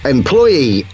Employee